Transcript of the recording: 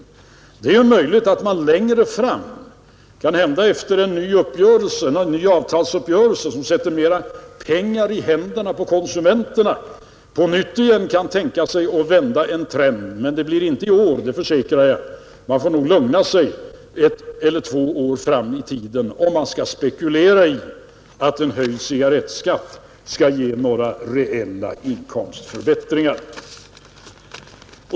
Det är möjligt att man längre fram — kanhända efter en ny avtalsuppgörelse, som sätter mera pengar i händerna på konsumenterna — på nytt kan tänka sig att vända trenden, men det blir inte i år, det försäkrar jag. Man får nog lugna sig ett eller två år fram i tiden, om man skall spekulera i att en höjd cigarrettskatt skall ge några reella inkomstförbättringar.